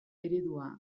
eredua